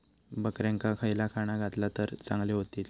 बकऱ्यांका खयला खाणा घातला तर चांगल्यो व्हतील?